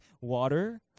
water